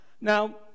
Now